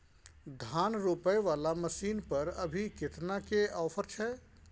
धान रोपय वाला मसीन पर अभी केतना के ऑफर छै?